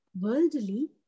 worldly